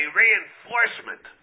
reinforcement